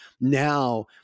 Now